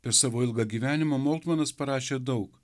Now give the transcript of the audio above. per savo ilgą gyvenimą molkmanas parašė daug